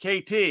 KT